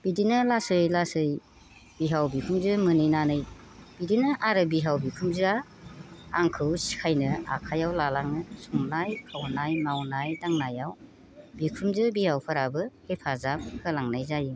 बिदिनो लासै लासै बिहाव बिखुनजो मोनहैनानै बिदिनो आरो बिहाव बिखुनजोआ आंखौ सिखायनो आखायाव लालांङो संनाय खावनाय मावनाय दांनायाव बिखुनजो बिहावफोराबो हेफाजाब होलांनाय जायो